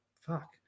fuck